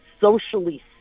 socially